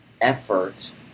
effort